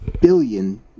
billion